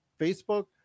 Facebook